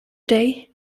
day